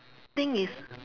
thing is